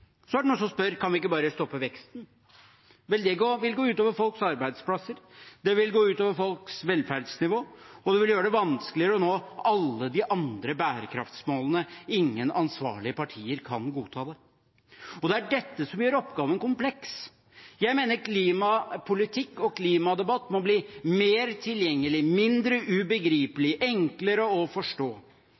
Så er det noen som spør: Kan vi ikke bare stoppe veksten? Vel, det vil gå ut over folks arbeidsplasser. Det vil gå ut over folks velferdsnivå, og det vil gjøre det vanskeligere å nå alle de andre bærekraftsmålene. Ingen ansvarlige partier kan godta det. Det er dette som gjør oppgaven kompleks. Jeg mener klimapolitikk og klimadebatt må bli mer tilgjengelig, mindre ubegripelig, enklere å forstå.